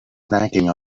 snacking